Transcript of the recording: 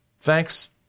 Thanks